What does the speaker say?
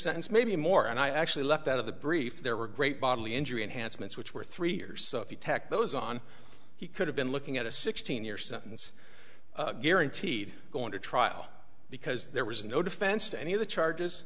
sentence maybe more and i actually left out of the brief there were great bodily injury and handsomeness which were three years so if you tek those on he could have been looking at a sixteen year sentence guaranteed going to trial because there was no defense to any of the charges